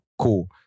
cool